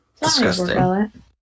Disgusting